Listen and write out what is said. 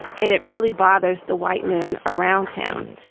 and it really bothers the white men around him.